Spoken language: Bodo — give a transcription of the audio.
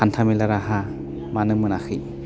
हान्थामेला राहा मानो मोनाखै